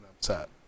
upset